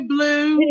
Blue